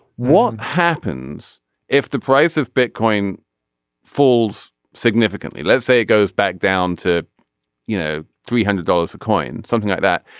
happens if the price of bitcoin falls significantly let's say it goes back down to you know three hundred dollars a coin something like that.